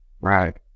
right